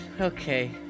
Okay